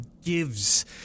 gives